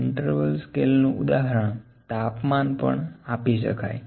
interval scale નું ઉદાહરણ તાપમાન આપી શકાય